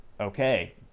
Okay